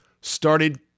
started